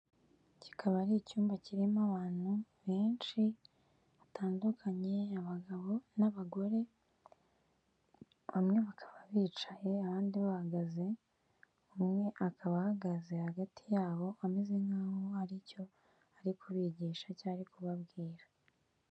Kikaba ari icyumba kirimo abantu benshi batandukanye, abagabo n'abagore, bamwe bakaba bicaye abandi bahagaze, umwe akaba ahagaze hagati yabo ameze nk'aho hari icyo ari kubigisha cyangwa ari kubabwira.